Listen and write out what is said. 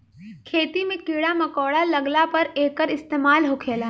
खेती मे कीड़ा मकौड़ा लगला पर एकर इस्तेमाल होखेला